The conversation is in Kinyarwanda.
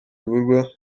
bigurwa